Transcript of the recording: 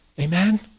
Amen